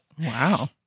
Wow